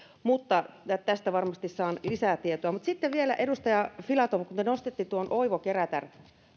mutta tästä varmasti saan lisää tietoa sitten vielä edustaja filatov kun te nostitte tuon oivo kerätär